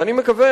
ואני מקווה,